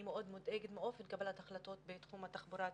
אני מאוד מודאגת מאופן קבלת ההחלטות בתחום התחבורה הציבורית,